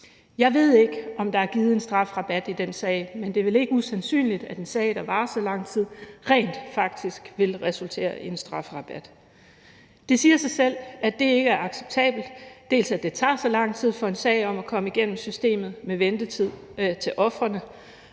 Jeg ved ikke, om der er givet en strafrabat i den sag, men det er vel ikke usandsynligt, at en sag, der varer så lang tid, rent faktisk vil resultere i en strafrabat. Det siger sig selv, at det ikke er acceptabelt, dels at det tager så lang tid for en sag at komme igennem systemet med ventetid til ofrene,